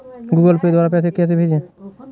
Google Pay द्वारा पैसे कैसे भेजें?